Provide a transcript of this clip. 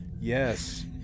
Yes